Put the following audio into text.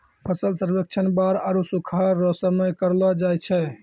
फसल सर्वेक्षण बाढ़ आरु सुखाढ़ रो समय करलो जाय छै